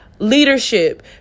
Leadership